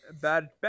Bad